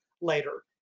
later